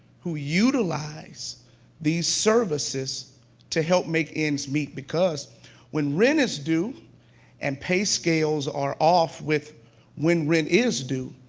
who utilize these services to help make ends meet, because when rent is due and pay scales are off with when rent is due,